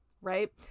Right